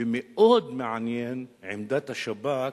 ומאוד מעניינת עמדת השב"כ,